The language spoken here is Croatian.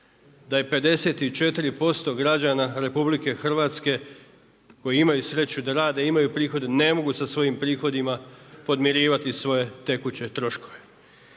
Da je 54% građana RH koji imaju sreću da rade, imaju prihode, ne mogu sa svojim prihodima podmirivati svoje tekuće troškove.